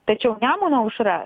tačiau nemuno aušra